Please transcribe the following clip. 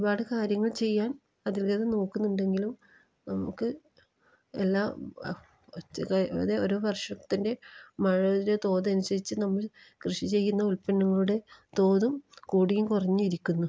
ഒരുപാട് കാര്യങ്ങൾ ചെയ്യാൻ അതിവേഗം നോക്കുന്നുണ്ടെങ്കിലും നമുക്ക് എല്ലാ ഒരു വർഷത്തിൻ്റെ മഴയുടെ തോതനുസരിച്ച് നമ്മൾ കൃഷി ചെയ്യുന്ന ഉൽപ്പന്നങ്ങളുടെ തോതും കൂടിയും കുറഞ്ഞും ഇരിക്കുന്നു